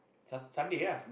sun Sunday ya